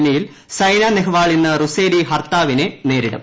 സെമിയിൽ സൈന നെഹ്വാൾ ഇന്ന് റുസേലി ഹർത്താവിനെ നേരിടും